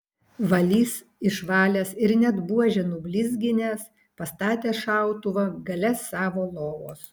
valys išvalęs ir net buožę nublizginęs pastatė šautuvą gale savo lovos